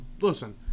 listen